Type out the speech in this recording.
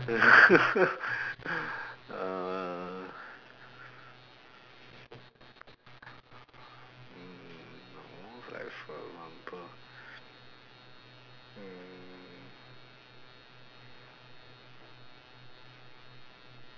uhh no like for example um